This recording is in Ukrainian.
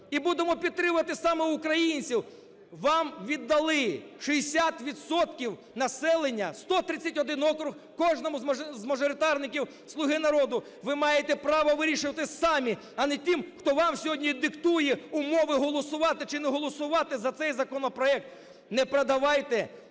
і будемо підтримувати саме українців. Вам віддали 60 відсотків населення – 131 округ кожному з мажоритарників "Слуги народу". Ви маєте право вирішувати самі, а не ті, хто вам сьогодні диктує умови: голосувати чи не голосувати за цей законопроект. Не продавайте,